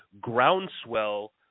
groundswell